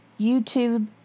YouTube